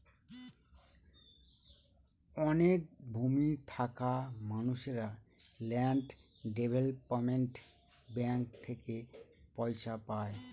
অনেক ভূমি থাকা মানুষেরা ল্যান্ড ডেভেলপমেন্ট ব্যাঙ্ক থেকে পয়সা পায়